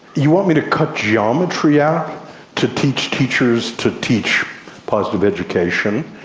you want me to cut geometry out to teach teachers to teach positive education?